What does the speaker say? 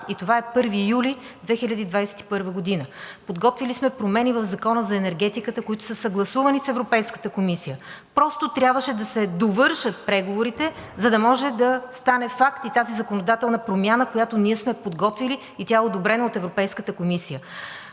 и това е 1 юли 2021 г. Подготвили сме промени в Закона за енергетиката, които са съгласувани с Европейската комисия. Просто трябваше да се довършат преговорите, за да може да стане факт и тази законодателна промяна, която сме подготвили и е одобрена от Европейската комисия.